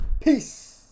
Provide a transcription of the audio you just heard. Peace